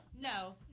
No